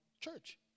church